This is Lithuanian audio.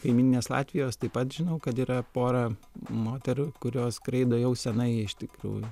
kaimyninės latvijos taip pat žinau kad yra pora moterų kurios skraido jau seniai iš tikrųjų